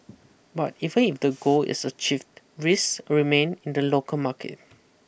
but even if the goal is achieved raise remain in the local market